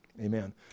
amen